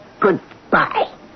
Goodbye